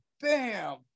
bam